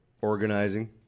organizing